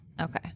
Okay